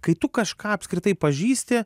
kai tu kažką apskritai pažįsti